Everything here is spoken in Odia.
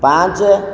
ପାଞ୍ଚ